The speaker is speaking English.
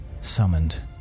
summoned